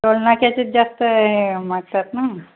टोलनाक्याचे जास्त हे मागतात ना